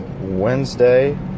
Wednesday